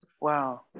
Wow